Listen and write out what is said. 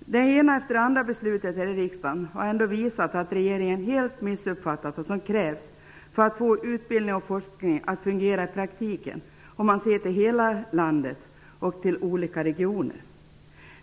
Det ena efter det andra beslutet här i riksdagen har visat att regeringen helt har missuppfattat vad som krävs för att få utbildning och forskning att fungera i praktiken -- i hela landet och i olika regioner.